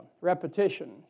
repetition